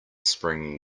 spring